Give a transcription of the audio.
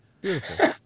beautiful